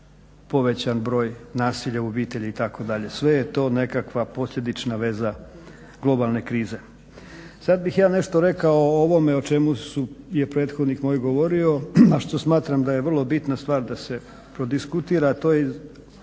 povećan broj nasilja u obitelji itd. Sve je to nekakva posljedična veza globalne krize. Sad bih ja nešto rekao o ovome o čemu je prethodnik moj govorio, a što smatram da je vrlo bitna stvar da se prodiskutira, a to je